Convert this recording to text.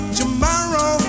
tomorrow